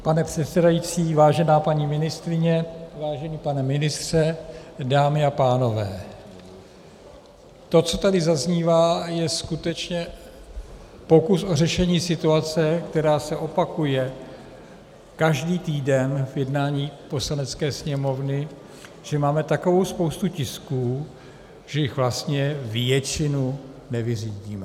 Pane předsedající, vážená paní ministryně, vážený pane ministře , dámy a pánové, to, co tady zaznívá, je skutečně pokus o řešení situace, která se opakuje každý týden v jednání Poslanecké sněmovny, protože tu máme takovou spoustu tisků, že jich vlastně většinu nevyřídíme.